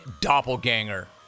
doppelganger